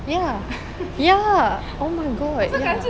ya ya oh my god ya